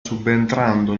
subentrando